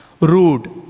rude